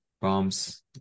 bombs